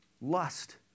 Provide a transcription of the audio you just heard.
lust